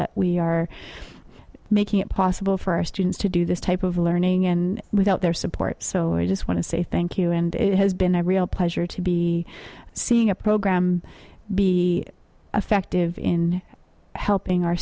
that we are making it possible for our students to do this type of learning and without their support so i just want to say thank you and it has been a real pleasure to be seeing a program be effective in helping our